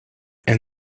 and